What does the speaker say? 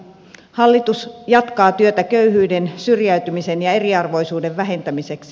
hallitus jatkaa työtä köyhyyden syrjäytymisen ja eriarvoisuuden vähentämiseksi